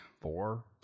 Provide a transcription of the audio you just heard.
four